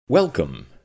Welcome